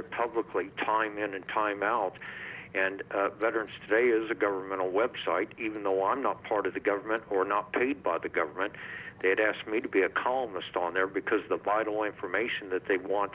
it publicly time in and time out and veterans day is a government website even though i'm not part of the government or not paid by the government that asked me to be a columnist on air because the vital information that they want